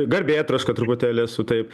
garbėtroška truputėlį esu taip